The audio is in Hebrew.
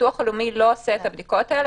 הביטוח הלאומי לא עושה את הבדיקות האלה,